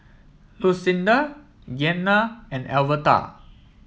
Lucinda Gianna and Alverta